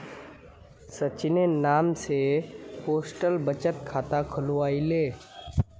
सचिनेर नाम स पोस्टल बचत खाता खुलवइ ले